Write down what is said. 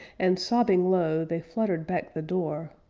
and, sobbing low, they fluttered back the door,